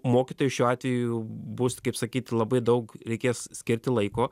mokytojų šiuo atveju bus kaip sakyt labai daug reikės skirti laiko